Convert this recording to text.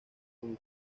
como